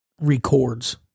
records